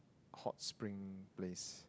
hot spring place